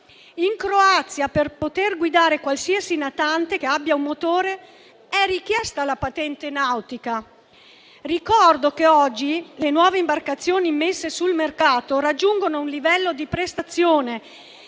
In Croazia, per poter guidare qualsiasi natante che abbia un motore è richiesta la patente nautica. Ricordo che oggi le nuove imbarcazioni messe sul mercato raggiungono un livello di prestazione,